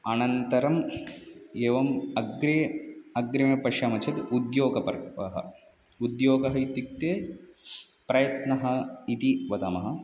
अनन्तरम् एवम् अग्रे अग्रिमः पश्यामः चेत् उद्योगपर्वः उद्योगः इत्युक्ते प्रयत्नः इति वदामः